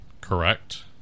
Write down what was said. correct